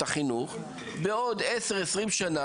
לפחות בהתחלה איפה שיש ריכוזים ובתי ספר קיימים.